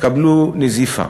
תקבלו נזיפה.